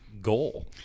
goal